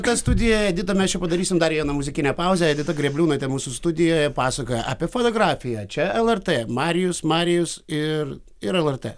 ką studijoje edita mes čia padarysim dar vieną muzikinę pauzę edita grėbliūnaitė mūsų studijoje pasakoja apie fotografiją čia lrt marijus marijus ir ir lrt